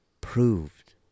proved